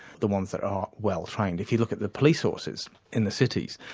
the ones that are well trained. if you look at the police horses in the cities,